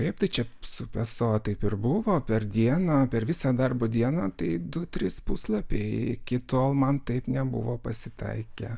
taip tai čia su peso taip ir buvo per dieną per visą darbo dieną tai du trys puslapiai iki tol man taip nebuvo pasitaikę